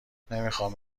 نمیخوام